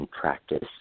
practice